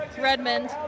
Redmond